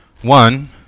One